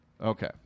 Okay